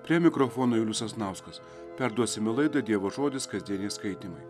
prie mikrofono julius sasnauskas perduosime laidą dievo žodis kasdieniai skaitymai